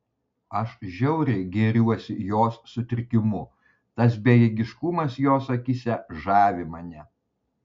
aš žiauriai gėriuosi jos sutrikimu tas bejėgiškumas jos akyse žavi mane